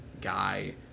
guy